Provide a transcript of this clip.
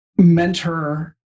mentor